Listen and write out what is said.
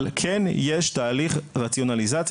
אבל כן יש תהליך רציונליזציה,